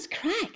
cracked